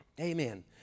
amen